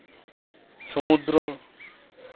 ᱥᱚᱢᱩᱫᱽᱫᱨᱚ